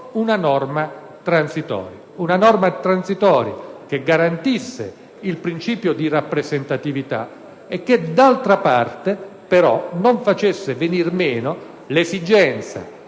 una norma transitoria che garantisse il principio di rappresentatività e che d'altra parte, però, non facesse venir meno l'esigenza